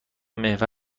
محور